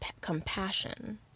compassion